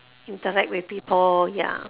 interact with people ya